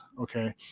okay